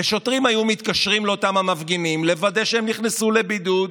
ושוטרים היו מתקשרים לאותם המפגינים לוודא שהם נכנסו לבידוד,